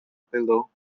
pillow